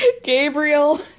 Gabriel